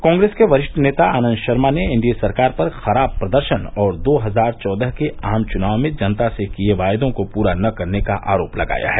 कांग्रेस के वरिष्ठ नेता आनंद शर्मा ने एनडीए सरकार पर खराब प्रदर्शन और दो हजार चौदह के आम चुनाव में जनता से किए वायदों को पूरा न करने का आरोप लगाया है